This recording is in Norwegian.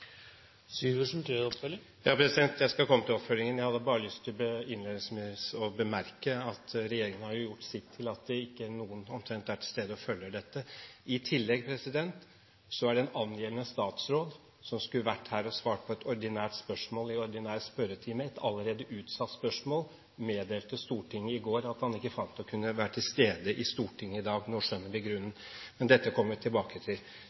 Jeg skal komme til oppfølgingen. Jeg hadde bare lyst til innledningsvis å bemerke at regjeringen jo har gjort sitt til at det omtrent ikke er noen til stede og følger dette. I tillegg har den angjeldende statsråd, som skulle vært her og svart på et spørsmål i den ordinære spørretimen – et allerede utsatt spørsmål – meddelt Stortinget i går at han ikke fant å kunne være til stede i Stortinget i dag. Nå skjønner vi grunnen. Dette kommer vi tilbake til